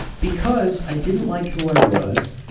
because i didn't like who i was,